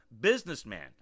businessman